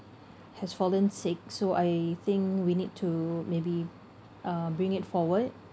has fallen sick so I think we need to maybe uh bring it forward